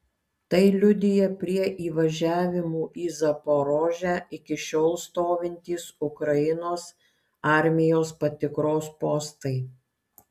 tai liudija prie įvažiavimų į zaporožę iki šiol stovintys ukrainos armijos patikros postai